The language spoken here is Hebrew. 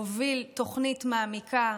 הוביל תוכנית מעמיקה.